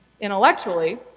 intellectually